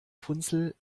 funzel